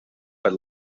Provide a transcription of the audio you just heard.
but